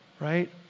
right